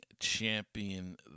champion